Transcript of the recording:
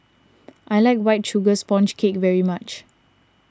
I like White Sugar Sponge Cake very much